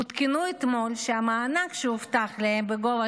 עודכנו אתמול שהמענק שהובטח להם בגובה